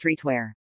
streetwear